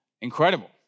incredible